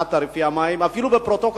מהעלאת תעריפי המים, חיפשנו אפילו בפרוטוקול.